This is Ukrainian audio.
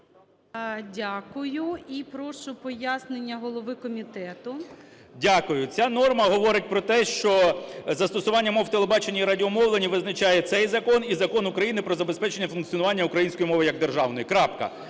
Дякую. І прошу пояснення голови комітету. 10:53:01 КНЯЖИЦЬКИЙ М.Л. Дякую. Ця норма говорить про те, що "застосування мов в телебаченні і радіомовленні визначає цей закон і Закон України "Про забезпечення функціонування української мови як державної". Крапка.